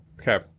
Okay